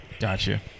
Gotcha